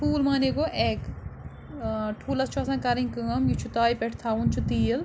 ٹھوٗل معنَے گوٚو ایٚگ ٲں ٹھوٗلَس چھُ آسان کَرٕنۍ کٲم یہِ چھُ تایہِ پٮ۪ٹھ تھاوُن چھُ تیٖل